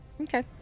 okay